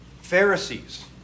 Pharisees